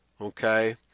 Okay